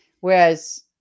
whereas